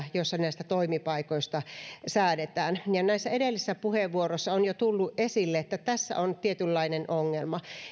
joissa näistä toimipaikoista säädetään näissä edellisissä puheenvuoroissa on jo tullut esille että tässä on tietynlainen ongelma